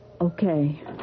Okay